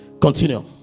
Continue